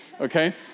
okay